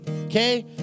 okay